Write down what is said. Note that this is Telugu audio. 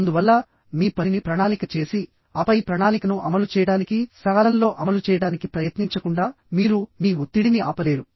అందువల్ల మీ పనిని ప్రణాళిక చేసి ఆపై ప్రణాళికను అమలు చేయడానికి సకాలంలో అమలు చేయడానికి ప్రయత్నించకుండా మీరు మీ ఒత్తిడిని ఆపలేరు